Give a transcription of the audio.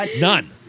None